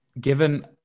given